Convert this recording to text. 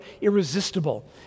irresistible